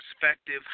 perspective